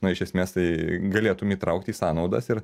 na iš esmės tai galėtum įtraukt į sąnaudas ir